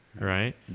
right